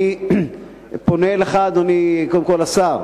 אני פונה אליך, אדוני השר.